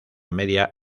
media